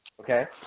Okay